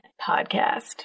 podcast